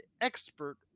expert